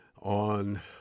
on